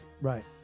right